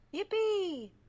Yippee